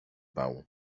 pau